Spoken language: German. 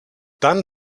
dann